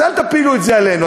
אז אל תפילו את זה עלינו.